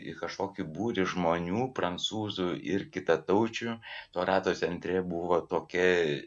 į kažkokį būrį žmonių prancūzų ir kitataučių to rato centre buvo tokia